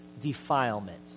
defilement